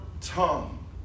tongue